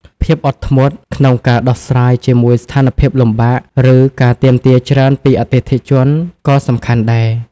ភាពអត់ធ្មត់ ក្នុងការដោះស្រាយជាមួយស្ថានភាពលំបាក ឬការទាមទារច្រើនពីអតិថិជនក៏សំខាន់ដែរ។